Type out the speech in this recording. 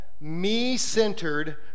me-centered